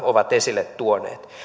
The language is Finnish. ovat esille tuoneet